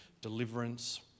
deliverance